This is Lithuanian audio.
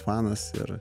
fanas ir